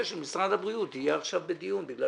של משרד הבריאות יהיה עכשיו בדיון בגלל